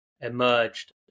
emerged